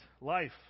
life